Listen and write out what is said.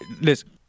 Listen